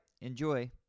enjoy